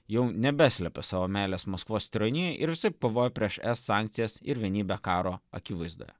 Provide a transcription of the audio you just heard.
jau nebeslepia savo meilės maskvos tironijai ir visaip kovojo prieš es sankcijas ir vienybę karo akivaizdoje